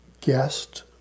guest